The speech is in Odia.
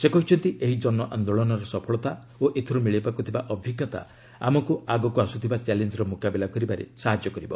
ସେ କହିଛନ୍ତି ଏହି କନ ଆନ୍ଦୋଳନର ସଫଳତା ଓ ଏଥିରୁ ମିଳିବାକୁ ଥିବା ଅଭିଜ୍ଞତା ଆମକୁ ଆଗକୁ ଆସୁଥିବା ଚାଲେଞ୍ଜର ମୁକାବିଲା କରିବାରେ ସାହାଯ୍ୟ କରିବ